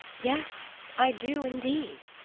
yes, i do indeed.